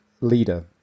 leader